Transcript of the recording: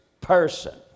person